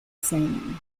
salem